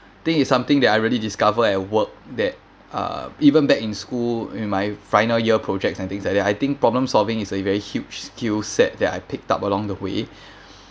think it's something that I really discover at work that uh even back in school in my final year projects and things like that I think problem solving is a very huge skill set that I picked up along the way